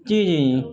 جی جی جی